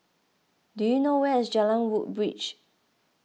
do you know where is Jalan Woodbridge